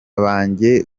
banjye